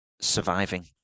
surviving